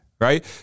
right